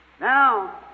Now